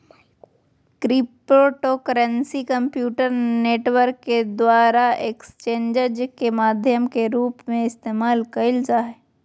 cryptocurrency computer network के द्वारा exchanges के माध्यम के रूप में इस्तेमाल कइल जा हइ